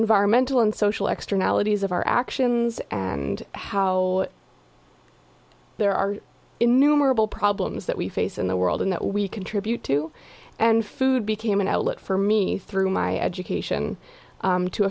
environmental and social extra analogies of our actions and how there are innumerable problems that we face in the world and that we contribute to and food became an outlet for me through my education